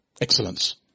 excellence